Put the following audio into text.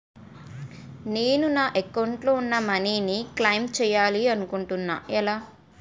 నేను నా యెక్క అకౌంట్ లో ఉన్న మనీ ను క్లైమ్ చేయాలనుకుంటున్నా ఎలా?